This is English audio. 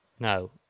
No